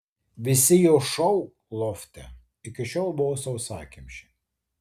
visi jo šou lofte iki šiol buvo sausakimši